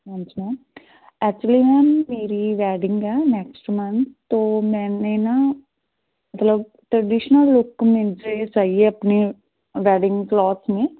ਹਾਂਜੀ ma'am actually ma'am ਮੇਰੀ wedding ਹੈ ਨੈਕਸਟ ਮਨਥ ਤੋਂ ਮੈਂ ਨਾ ਮਤਲਬਟ੍ਰਡੀਸ਼ਨਲ ਲੁੱਕ ਮੁਝੇ ਚਾਹੀਦੀ ਆਪਣੇ ਵੈਡਿੰਗ ਕਲੋਥਸ ਮੇ